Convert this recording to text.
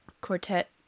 Quartet